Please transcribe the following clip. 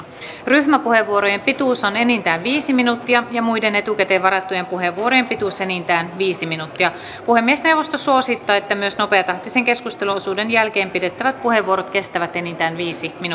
ryhmäpuheenvuorojen pituus on enintään viisi minuuttia ja muiden etukäteen varattujen puheenvuorojen pituus enintään viisi minuuttia puhemiesneuvosto suosittaa että myös nopeatahtisen keskusteluosuuden jälkeen pidettävät puheenvuorot kestävät enintään viisi